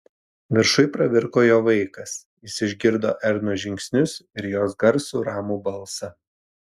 viršuj pravirko jo vaikas jis išgirdo ernos žingsnius ir jos garsų ramų balsą